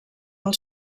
del